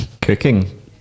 cooking